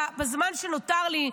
בזמן שנותר לי,